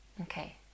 okay